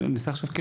אני מנסה לחשוב.